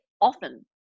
often